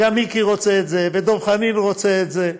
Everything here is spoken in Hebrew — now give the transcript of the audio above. גם מיקי רוצה את זה, ודב חנין רוצה את זה,